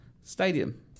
stadium